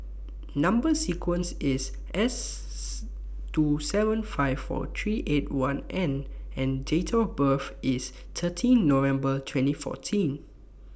Number sequence IS S two seven five four three eight one N and Date of birth IS thirteen November twenty fourteen